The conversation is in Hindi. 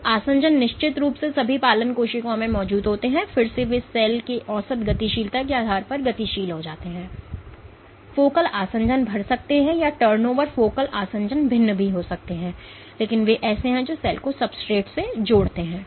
तो आसंजन निश्चित रूप से सभी पालन कोशिकाओं में मौजूद होते हैं फिर से वे सेल की औसत गतिशीलता के आधार पर गतिशील होते हैं फोकल आसंजन बढ़ सकते हैं या टर्नओवर फोकल आसंजन भिन्न हो सकते हैं लेकिन वे ऐसे हैं जो सेल को सब्सट्रेट से जोड़ते हैं